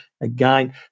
again